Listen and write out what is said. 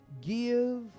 give